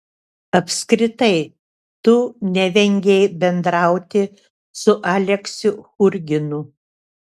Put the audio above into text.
apskritai tu nevengei bendrauti su aleksiu churginu